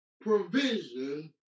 provision